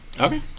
Okay